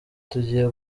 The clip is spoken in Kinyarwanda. tugiye